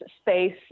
space